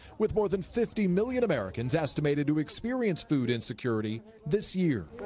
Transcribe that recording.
with more than fifty million americans estimated to experience food insecurity this year.